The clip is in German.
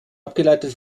abgeleitet